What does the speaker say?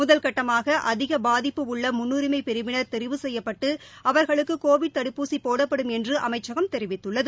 முதல்கட்டமாக அதிக பாதிப்பு உள்ள முன்னுரிமை பிரிவினர் தெரிவு செய்யப்பட்டு அவர்களுக்கு கோவிட் தடுப்பூசி போடப்படும் என்று அமைச்சகம் தெரிவித்துள்ளது